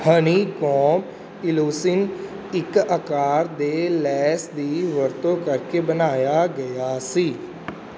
honeycomb illusion ਇੱਕ ਆਕਾਰ ਦੇ ਲੈਂਸ ਦੀ ਵਰਤੋਂ ਕਰਕੇ ਬਣਾਇਆ ਗਿਆ ਸੀ